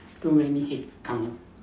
too many headcount